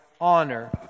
Honor